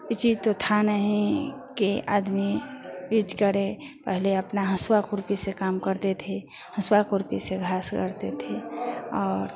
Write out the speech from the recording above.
इ चीज़ तो थी नहीं कि आदमी यूज करे पहले अपना हसुआ खुरपी से काम करते थे हसुआ खुरपी से घाँस करते थे और